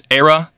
era